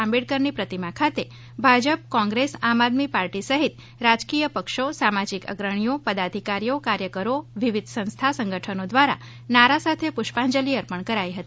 આંબેડકરની પ્રતિમા ખાતે ભાજપ કોંગ્રેસ આમ આદમી પાર્ટી સહિત રાજકીય પક્ષો સામાજિક અગ્રણીઓ પદાધિકારીઓ કાર્યકરો અને વિવિધ સંસ્થા સંગઠનો દ્વારા નારા સાથે પુષ્પાંજલિ અર્પણ કરાઈ હતી